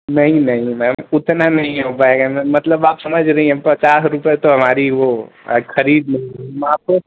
नहीं नहीं मैम उतना नहीं हो पाएगा मैम मतलब आप समझ रही हैं पच्चास रुपये तो हमारी वह ख़रीद नहीं आपको